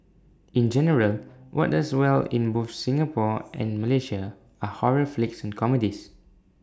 in general what does well in both Singapore and Malaysia are horror flicks and comedies